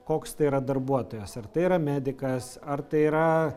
koks tai yra darbuotojas ar tai yra medikas ar tai yra